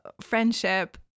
friendship